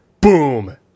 boom